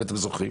אם אתם זוכרים.